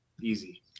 easy